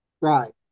Right